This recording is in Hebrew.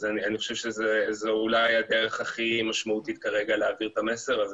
אני חושב שזו אולי הדרך הכי משמעותית כרגע להעביר את המסר הזה,